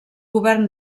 govern